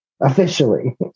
officially